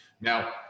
Now